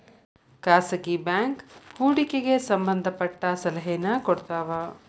ಖಾಸಗಿ ಬ್ಯಾಂಕ್ ಹೂಡಿಕೆಗೆ ಸಂಬಂಧ ಪಟ್ಟ ಸಲಹೆನ ಕೊಡ್ತವ